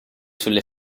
sulle